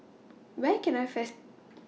Where Can I